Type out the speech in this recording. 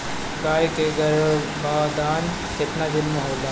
गाय के गरभाधान केतना दिन के होला?